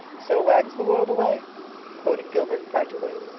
so wags the world away quoted gilbert practically,